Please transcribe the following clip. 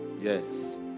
Yes